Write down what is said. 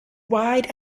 wide